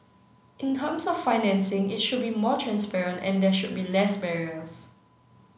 in terms of the financing it should be more transparent and there should be less barriers